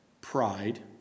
Pride